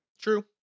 True